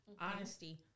honesty